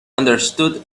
understood